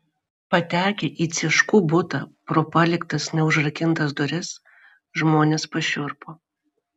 patekę į cieškų butą pro paliktas neužrakintas duris žmonės pašiurpo